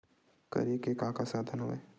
करे के का का साधन हवय?